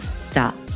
stop